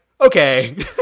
okay